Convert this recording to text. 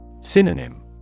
Synonym